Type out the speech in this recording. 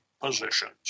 positions